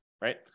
right